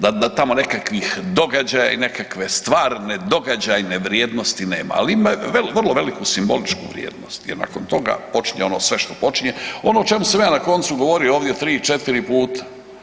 da tamo nekakvih događaja i nekakve stvarne događajne vrijednosti nema, ali ima vrlo veliku simboličku vrijednost jer nakon toga počinje ono sve što počinje, ono o čemu sam ja na koncu govorio ovdje 3-4 puta.